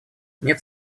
нет